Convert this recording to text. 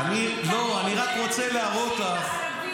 אני רוצה לשמוע מה עם חוקי הפסילה.